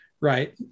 right